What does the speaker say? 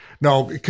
No